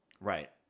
Right